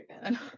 again